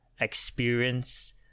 experience